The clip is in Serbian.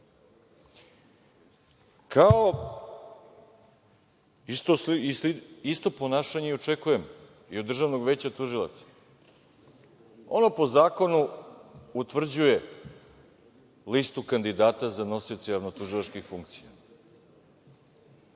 bilo. Isto ponašanje očekujemo i od Državnog veća tužilaca. Ono po zakonu utvrđuje listu kandidata za nosioce javnotužilačkih funkcija